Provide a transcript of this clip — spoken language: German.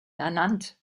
ernannt